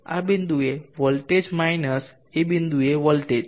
આ બિંદુએ voltage minus આ બીદુએ વોલ્ટેજ